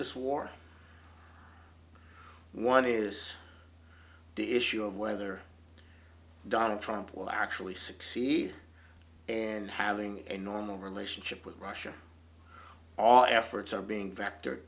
this war one is the issue of whether donald trump will actually succeed and having a normal relationship with russia all efforts are being factor